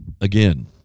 again